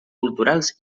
culturals